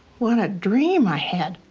what a dream i had.